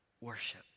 worship